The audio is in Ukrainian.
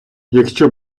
якщо